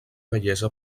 bellesa